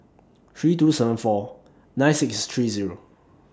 three two seven four nine six three Zero